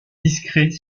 discret